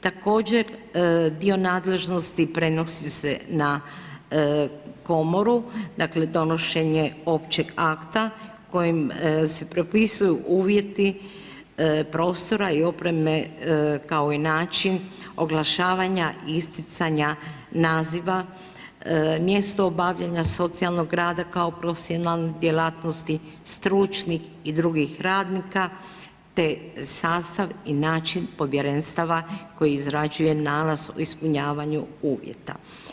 Također dio nadležnosti prenosi se na Komoru, dakle, donošenje Općeg akta kojim se propisuju uvjeti prostora i opreme, kao i način oglašavanja i isticanja naziva, mjesto obavljanja socijalnog rada kao profesionalne djelatnosti, stručnih i drugih radnika, te sastav i način Povjerenstava koji izrađuje nalaz o ispunjavanju uvjeta.